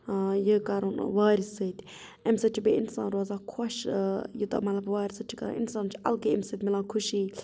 آ یہِ کَرُن وارِ سٍتۍ اَمہِ سٍتۍ چھُ بیٚیہِ اِنسان روزان خۅش یوٗتاہ مَطلَب وارِ سٍتۍ چھِ کَران اِنسان چھُ اَلگٕے اَمہِ سٍتۍ میلان خۅشی